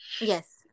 Yes